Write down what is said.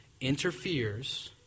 interferes